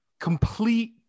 complete